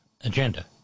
agenda